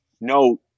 No